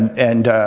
and.